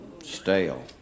Stale